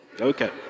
Okay